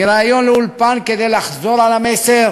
מריאיון לאולפן, כדי לחזור על המסר